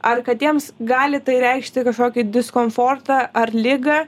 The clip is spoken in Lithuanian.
ar katėms gali tai reikšti kažkokį diskomfortą ar ligą